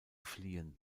fliehen